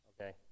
Okay